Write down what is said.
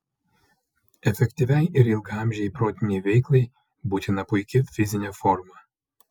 efektyviai ir ilgaamžei protinei veiklai būtina puiki fizinė forma